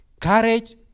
courage